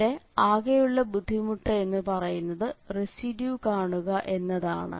ഇവിടെ ആകെയുള്ള ബുദ്ധിമുട്ട് എന്ന് പറയുന്നത് റെസിഡ്യൂ കാണുക എന്നതാണ്